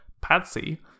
Patsy